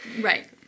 Right